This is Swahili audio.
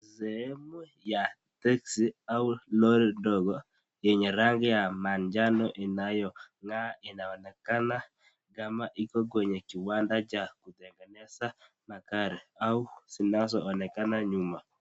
Sehemu ya teksi au lori dogo, yarangi ya manjano inayong'aa inaonekana kama iko kwenye kiwanda cha kutengeneza magari au kuonekana nyuma.